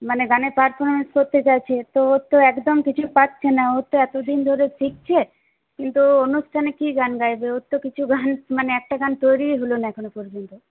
মানে গানের পারফরম্যান্স করতে চাইছে তো ওর তো একদম কিছুই পারছে না ও তো এতদিন ধরে শিখছে কিন্তু ও অনুষ্ঠানে কী গান গাইবে ওর তো কিছু গান মানে একটা গান তৈরি হলো না এখনও পর্যন্ত